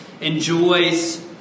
enjoys